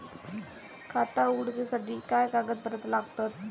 खाता उगडूच्यासाठी काय कागदपत्रा लागतत?